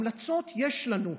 המלצות יש לנו.